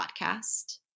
podcast